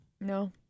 No